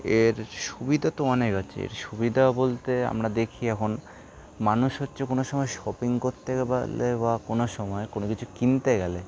এর সুবিধা তো অনেক আছে এর সুবিধা বলতে আমরা দেখি এখন মানুষ হচ্ছে কোনো সময় শপিং করতে পারলে বা কোনো সময় কোনো কিছু কিনতে গেলে